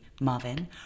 Marvin